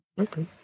Okay